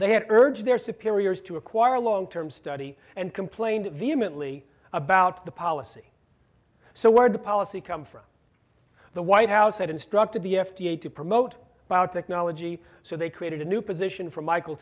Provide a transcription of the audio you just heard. they had urged their superiors to acquire a long term study and complained vehemently about the policy so what are the policy come from the white house that instructed the f d a to promote biotechnology so they created a new position from michael